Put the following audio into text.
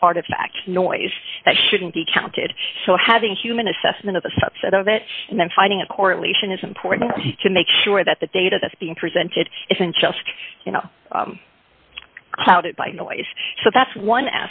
this part of facts noise that shouldn't be counted so having human assessment of a subset of it and then finding a correlation is important to make sure that the data that's being presented isn't just you know clouded by noise so that's one